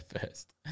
first